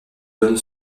donne